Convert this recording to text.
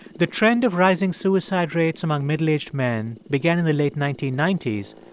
the trend of rising suicide rates among middle-aged men began in the late nineteen ninety s,